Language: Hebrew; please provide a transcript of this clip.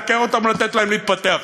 לעקר אותם או לתת להם להתפתח?